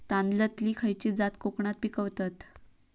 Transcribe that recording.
तांदलतली खयची जात कोकणात पिकवतत?